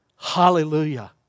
Hallelujah